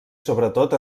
sobretot